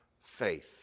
faith